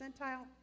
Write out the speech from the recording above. percentile